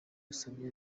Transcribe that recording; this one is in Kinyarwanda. usabye